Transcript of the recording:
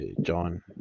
John